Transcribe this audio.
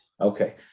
Okay